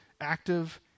active